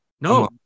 No